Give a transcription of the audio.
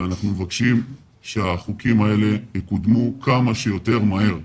ואנחנו מבקשים שהחוקים האלה יחוקקו כמה שיותר מהר.